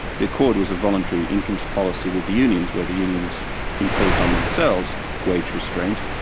the accord was a voluntary incomes policy with the unions, where the unions imposed on themselves wage restraint,